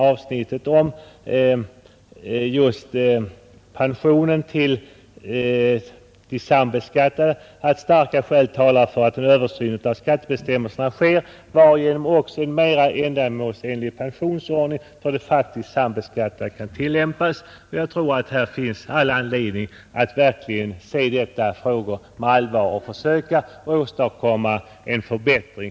Avsnittet om pensionen till de sambeskattade slutar med orden: ”Starka skäl talar för att översyn av skattebestämmelserna sker, varigenom också en mera ändamålsenlig penionsordning för de faktiskt sambeskattade kan tillämpas.” Jag tror att det finns all anledning att se på dessa frågor med allvar och försöka åstadkomma en förbättring.